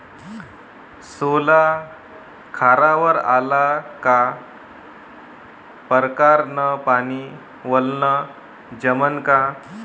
सोला खारावर आला का परकारं न पानी वलनं जमन का?